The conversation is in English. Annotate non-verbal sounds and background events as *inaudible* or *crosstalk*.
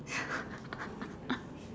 *laughs*